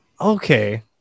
okay